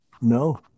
No